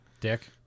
Dick